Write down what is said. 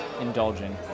indulging